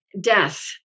death